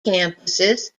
campuses